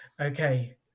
okay